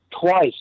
Twice